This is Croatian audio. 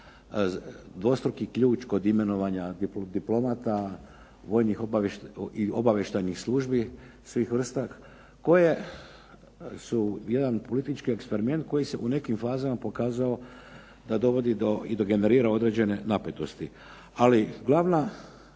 dvostruki ključ kod imenovanja diplomata i obavještajnih službi svih vrsta koje su jedan politički eksperiment koji se u nekim fazama pokazao dovodi do i generira određene napetosti. Ali glavna